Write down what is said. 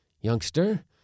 youngster